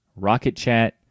RocketChat